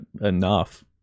Enough